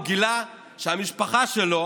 הוא גילה שהמשפחה שלו,